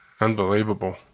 Unbelievable